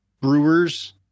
Brewers